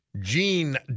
Gene